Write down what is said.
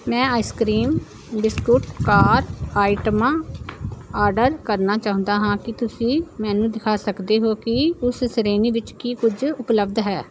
ਮੈਂ ice cream biscuit ਕਾਰ ਆਈਟਮਾਂ ਆਰਡਰ ਕਰਨਾ ਚਾਹੁੰਦਾ ਹਾਂ ਕੀ ਤੁਸੀਂ ਮੈਨੂੰ ਦਿਖਾ ਸਕਦੇ ਹੋ ਕਿ ਉਸ ਸ਼੍ਰੇਣੀ ਵਿੱਚ ਕੀ ਕੁਛ ਉਪਲੱਬਧ ਹੈ